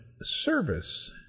service